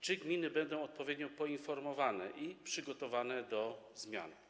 Czy gminy będą odpowiednio poinformowane i przygotowane do zmian?